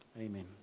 Amen